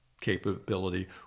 capability